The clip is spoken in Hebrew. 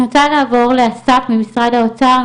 אני רוצה לעבור לאסף, ממשרד האוצר.